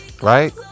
Right